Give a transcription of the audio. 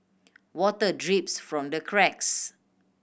water drips from the cracks